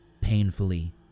painfully